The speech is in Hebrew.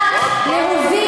למה את,